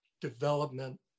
development